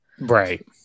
Right